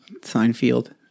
Seinfeld